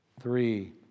three